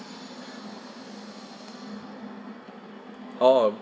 oh